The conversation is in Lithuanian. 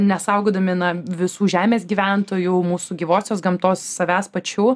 nesaugodami na visų žemės gyventojų mūsų gyvosios gamtos savęs pačių